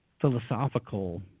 philosophical